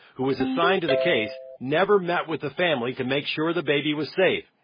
who was assigned to the case, never met with the family to make sure the baby was safe.